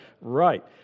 Right